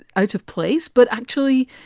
out of place. but actually,